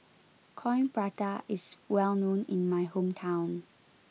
Coin Prata is well known in my hometown